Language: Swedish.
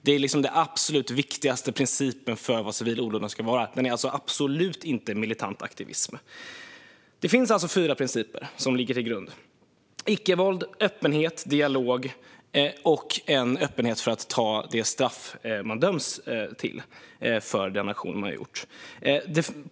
Detta är den absolut viktigaste principen för vad civil olydnad ska vara. Civil olydnad är alltså absolut inte militant aktivism. Det finns fyra principer som ligger till grund för civil olydnad: icke-våld, öppenhet, dialog och en öppenhet för att ta det straff man döms till för den aktion man genomfört.